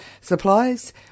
supplies